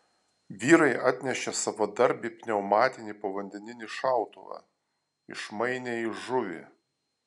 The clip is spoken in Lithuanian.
vyrai atnešė savadarbį pneumatinį povandeninį šautuvą išmainė į žuvį